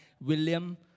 William